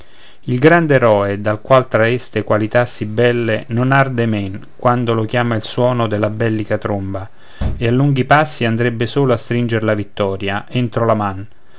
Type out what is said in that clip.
cent'ali il grand'eroe dal qual traeste qualità sì belle non arde men quando lo chiama il suono della bellica tromba e a lunghi passi andrebbe solo a stringer la vittoria entro la man